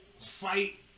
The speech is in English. fight